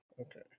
Okay